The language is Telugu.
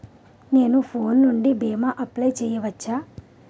నేను ఫోన్ నుండి భీమా అప్లయ్ చేయవచ్చా?